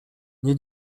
nie